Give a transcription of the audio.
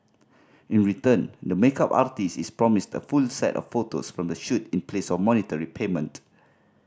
in return the makeup artist is promised a full set of photos from the shoot in place of monetary payment